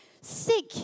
sick